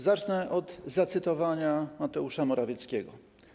Zacznę od zacytowania Mateusza Morawieckiego.